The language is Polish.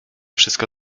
wszystko